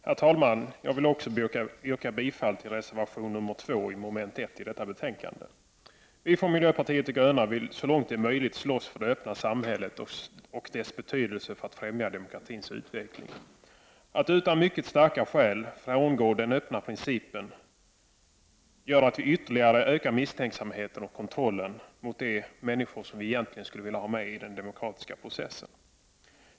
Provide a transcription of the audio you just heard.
Herr talman! Jag yrkar bifall till reservation 2 under mom. 1 i betänkandet. Vi från miljöpartiet vill så långt som möjligt slåss för det öppna samhället och dess betydelse för att ffrämja demokratins utveckling. Att nu utan mycket starka skäl frångå den öppna principen gör att vi ytterligare ökar kontrollen av och misstänksamheten mot de människor som vi egentligen skulle vilja ha med i den demokratiska processen.